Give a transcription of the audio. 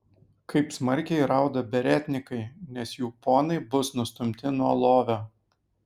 kaip smarkiai rauda beretnikai nes jų ponai bus nustumti nuo lovio